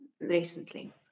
recently